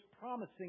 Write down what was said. promising